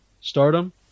Stardom